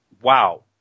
wow